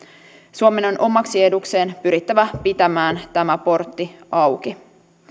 suomen on omaksi edukseen pyrittävä pitämään tämä portti auki